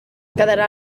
quedarà